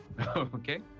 Okay